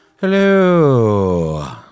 Hello